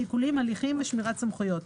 שיקולים, הליכים ושמירת סמכויות